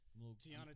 Tiana